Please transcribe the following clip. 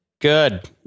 Good